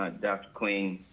ah dr. queen.